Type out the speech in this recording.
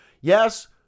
Yes